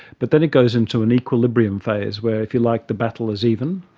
but then it goes into an equilibrium phase where, if you like, the battle is even.